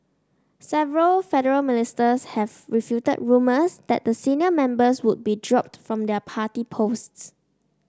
several federal ministers have refuted rumours that the senior members would be dropped from their party posts